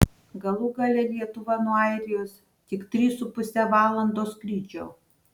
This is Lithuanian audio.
galų gale lietuva nuo airijos tik trys su puse valandos skrydžio